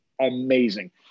amazing